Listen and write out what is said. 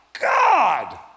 God